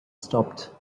stopped